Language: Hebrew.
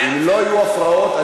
אם לא יהיה הפרעות,